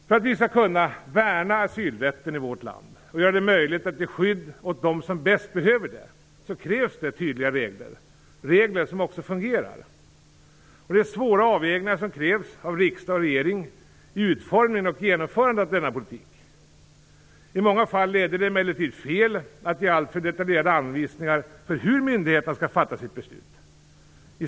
För att vi skall kunna värna asylrätten i vårt land och göra det möjligt att ge skydd åt dem som bäst behöver det krävs det tydliga regler som också fungerar. Det är svåra avvägningar som krävs av riksdag och regering i utformningen och genomförandet av denna politik. I många fall leder det emellertid fel att ge alltför detaljerade anvisningar för hur myndigheterna skall fatta beslut.